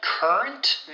Current